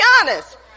honest